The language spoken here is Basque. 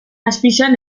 azpian